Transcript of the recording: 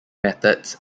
methods